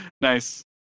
nice